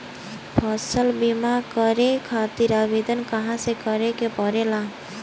फसल बीमा करे खातिर आवेदन कहाँसे करे के पड़ेला?